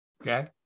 Okay